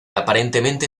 aparentemente